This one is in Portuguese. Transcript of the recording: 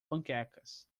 panquecas